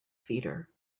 theater